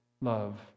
love